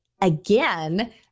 again